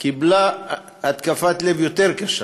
קיבלה התקפת לב יותר קשה.